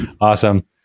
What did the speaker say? Awesome